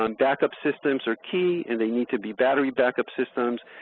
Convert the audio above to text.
um backup systems are key and they need to be battery backup systems.